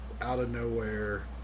out-of-nowhere